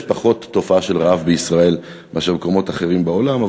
התופעה של רעב היא פחותה בישראל מאשר במקומות אחרים בעולם,